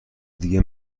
دیگه